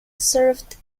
served